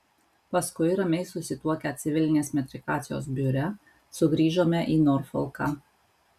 paskui ramiai susituokę civilinės metrikacijos biure sugrįžome į norfolką